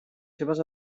seves